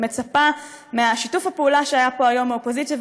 ומצפה משיתוף הפעולה שהיה פה היום בין האופוזיציה